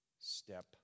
step